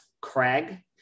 craig